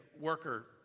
worker